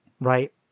right